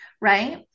right